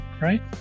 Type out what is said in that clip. right